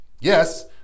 Yes